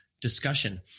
discussion